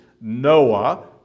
Noah